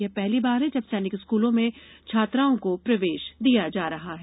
यह पहली बार है जब सैनिक स्कूलों में छात्राओं को प्रवेश दिया जा रहा है